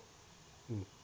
mm